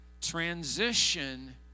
transition